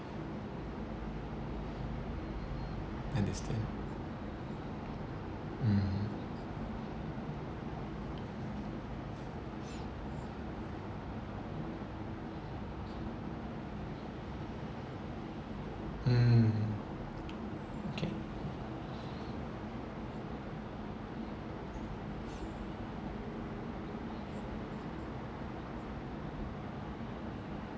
understand mm hmm okay